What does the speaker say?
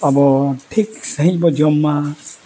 ᱟᱵᱚ ᱴᱷᱤᱠ ᱥᱟᱺᱦᱤᱡ ᱵᱚ ᱡᱚᱢ ᱢᱟ